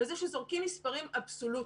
וזה שזורקים מספרים אבסולוטיים.